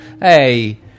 hey